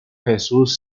jesús